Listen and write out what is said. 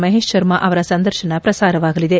ಮಹೇಶ್ ಶರ್ಮಾ ಅವರ ಸಂದರ್ಶನ ಪ್ರಸಾರವಾಗಲಿದೆ